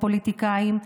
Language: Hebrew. הפוליטיקאים,